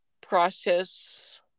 process